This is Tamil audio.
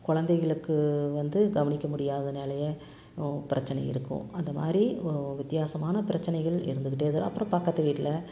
குழந்தைகளுக்கு வந்து கவனிக்க முடியாதனாலேயே பிரச்சனை இருக்கும் அந்த மாதிரி ஒ வித்தியாசமான பிரச்சனைகள் இருந்துக்கிட்டே தான் அப்புறம் பக்கத்து வீட்டில்